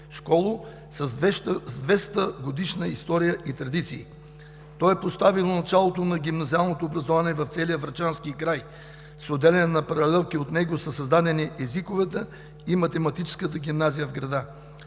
школо с 200 годишна история и традиции. То е поставило началото на гимназиалното образование в целия врачански край. С отделяне на паралелки от него са създадени Езиковата и Математическата гимназия в града.